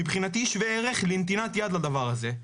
מבחינת שווה ערך לנתינת יד לדבר הזה.